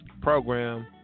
program